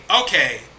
Okay